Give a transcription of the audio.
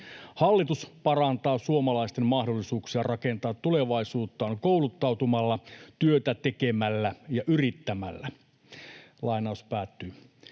”Hallitus parantaa suomalaisten mahdollisuuksia rakentaa tulevaisuuttaan kouluttautumalla, työtä tekemällä ja yrittämällä.” Teksti